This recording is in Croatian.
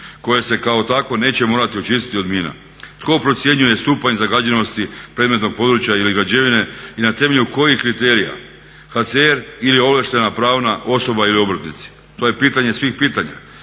koje se kao takvo neće morati očistiti od mina? Tko procjenjuje stupanj zagađenosti predmetnog područja ili građevine i na temelju kojih kriterija, HCR ili ovlaštena pravna osoba ili obrtnici? To je pitanje svih pitanja.